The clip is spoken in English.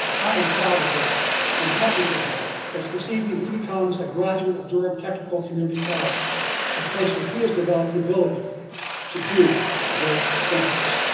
i am proud of him and happy for him as this evening he becomes a like graduate of durham technical community college a place where he has developed the ability to do great things.